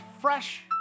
fresh